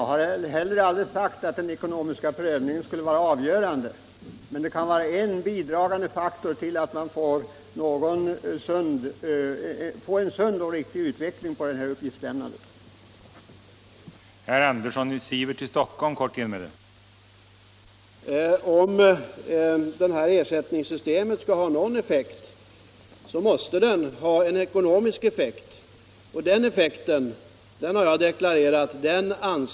Jag har heller aldrig sagt att den ekonomiska prövningen skulle vara avgörande, men den kan vara en bidragande faktor till en sund och riktig utveckling på uppgiftslämnandets område.